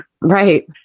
right